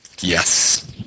Yes